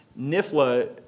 NIFLA